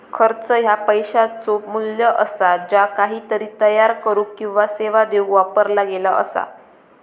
खर्च ह्या पैशाचो मू्ल्य असा ज्या काहीतरी तयार करुक किंवा सेवा देऊक वापरला गेला असा